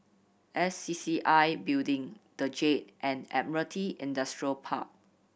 S C C C I Building The Jade and Admiralty Industrial Park